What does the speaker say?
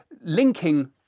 linking